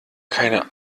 keine